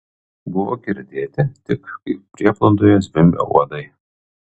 buvo girdėti tik kaip prieblandoje zvimbia uodai